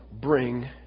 bring